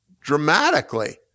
dramatically